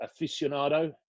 aficionado